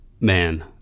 man